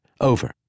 over